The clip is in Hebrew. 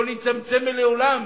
לא נצמצם לעולם,